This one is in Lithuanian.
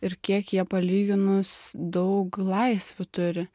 ir kiek jie palyginus daug laisvių turi